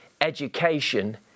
education